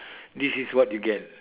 this is what you get